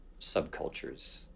subcultures